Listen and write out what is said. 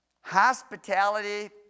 Hospitality